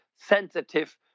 sensitive